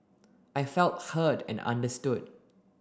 I felt heard and understood